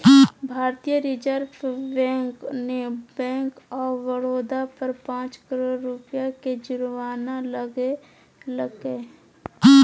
भारतीय reserve bank ने bank of Baroda पर पांच करोड़ रुपया के जुर्माना लगैलके